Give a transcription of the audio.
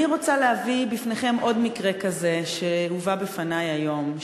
אני רוצה להביא בפניכם עוד מקרה כזה שהובא בפני היום,